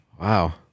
Wow